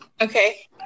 Okay